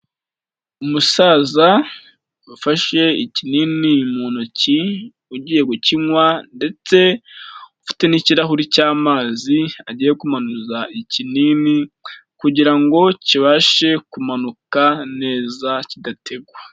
Umusaza ufashe ikinini mu ntoki, ugiye gukinywa ndetse ufite n'ikirahure cy'amazi agiye kumanuza ikinini kugira ngo kibashe kumanuka neza kidategwa.